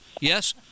Yes